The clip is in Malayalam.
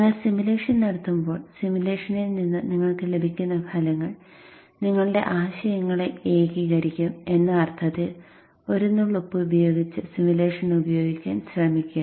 നിങ്ങൾ സിമുലേഷൻ നടത്തുമ്പോൾ സിമുലേഷനിൽ നിന്ന് നിങ്ങൾക്ക് ലഭിക്കുന്ന ഫലങ്ങൾ നിങ്ങളുടെ ആശയങ്ങളെ ഏകീകരിക്കും എന്ന അർത്ഥത്തിൽ ഒരു നുള്ള് ഉപ്പ് ഉപയോഗിച്ച് സിമുലേഷൻ ഉപയോഗിക്കാൻ ശ്രമിക്കുക